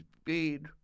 speed